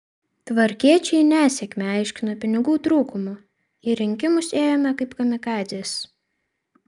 tvarkiečiai nesėkmę aiškino pinigų trūkumu į rinkimus ėjome kaip kamikadzės